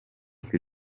più